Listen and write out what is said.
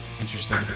Interesting